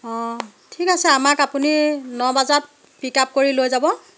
অ' ঠিক আছে আমাক আপুনি ন বজাত পিক আপ কৰি লৈ যাব